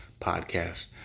podcast